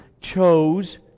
chose